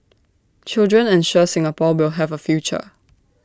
children ensure Singapore will have A future